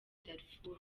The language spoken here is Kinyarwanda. darfur